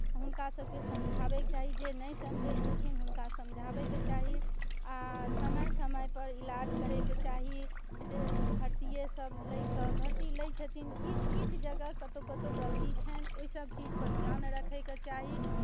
हुनकासभके समझाबैके चाही जे नहि समझै छथिन हुनका समझाबैके चाही आ समय समयपर इलाज करैके चाही भर्तिए सभ लए कऽ भर्ती लै छथिन किछु किछु जगह कतहु कतहु गलती छनि ओहिसभ चीजपर रखैके चाही